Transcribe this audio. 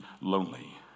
lonely